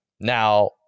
now